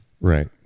Right